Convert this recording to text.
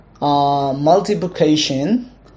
multiplication